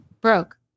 broke